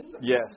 Yes